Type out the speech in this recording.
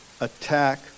attack